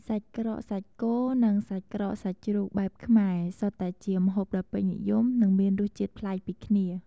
សាច់ក្រកសាច់គោ និងសាច់ក្រកសាច់ជ្រូកបែបខ្មែរ សុទ្ធតែជាម្ហូបដ៏ពេញនិយម និងមានរសជាតិប្លែកពីគ្នា។